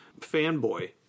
fanboy